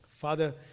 father